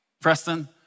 Preston